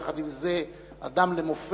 ויחד עם זה אדם למופת,